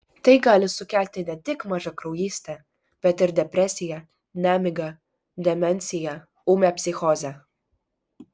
tai gali sukelti ne tik mažakraujystę bet ir depresiją nemigą demenciją ūmią psichozę